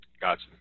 Gotcha